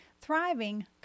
Thriving